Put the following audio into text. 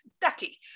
Ducky